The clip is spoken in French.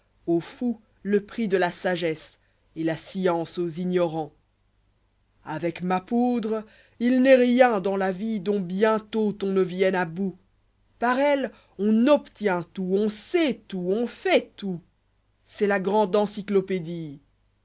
aux fous le prix de la sagesse et la science aux ignorants avec ma poudre il n'est rien dans la vie dont bientôt on ne vienne à bout par elle on obtient tout on sait tout on fait tout j c'est la grande encyclopédie